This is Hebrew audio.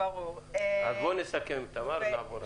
תמר, בואי נסכם ונעבור הלאה.